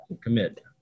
Commit